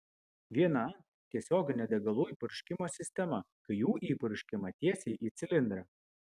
viena tiesioginio degalų įpurškimo sistema kai jų įpurškiama tiesiai į cilindrą